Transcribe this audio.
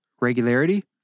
regularity